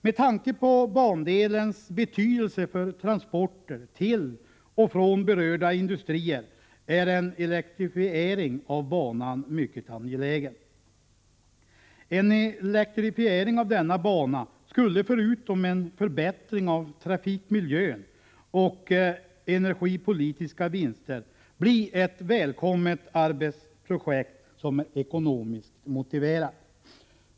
Med tanke på bandelens betydelse för transporter till och från berörda industrier är en elektrifiering av banan mycket angelägen. En elektrifiering av denna bana skulle innebära en förbättring av trafikmiljön och medföra energipolitiska vinster och dessutom bli ett välkommet arbetsprojekt som är ekonomiskt motiverat.